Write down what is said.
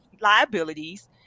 liabilities